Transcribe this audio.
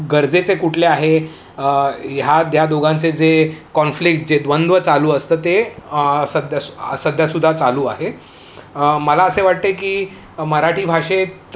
गरजेचे कुठले आहे ह्या या दोघांचे जे कॉन्फ्लिक्ट जे द्वंद चालू असतं ते सध्या सध्यासुद्धा चालू आहे मला असे वाटते की मराठी भाषेत